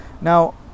Now